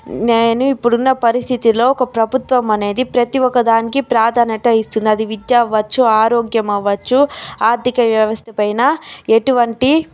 నేను ఇప్పుడున్న పరిస్థితుల్లో ఒక ప్రభుత్వం అనేది ప్రతి ఒకదానికి ప్రాధాన్యత ఇస్తుంది అది విద్య అవ్వొచ్చు ఆరోగ్యం అవ్వొచ్చు ఆర్ధిక వ్యవస్థపైనా ఎటువంటి